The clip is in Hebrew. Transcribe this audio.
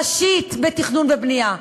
ראשית בתכנון ובנייה.